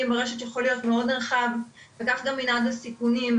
ברשת יכול להיות מאוד רחב וכך גם מנעד הסיכונים.